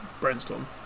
Brainstorm